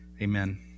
Amen